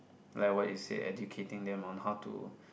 like what you say educating them on how to